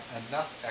enough